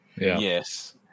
Yes